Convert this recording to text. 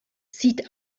sieht